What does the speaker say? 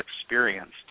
experienced